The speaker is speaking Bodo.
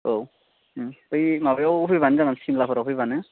औ बै माबायाव फैब्लानो जागोन सिमलाफोराव फैब्लानो